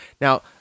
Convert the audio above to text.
Now